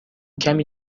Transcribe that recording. کمی